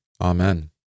Amen